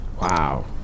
Wow